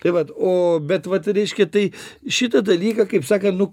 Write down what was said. tai vat o bet vat reiškia tai šitą dalyką kaip sakant nu